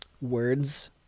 words